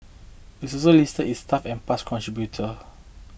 it's also listed its staff and past contributor